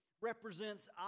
represents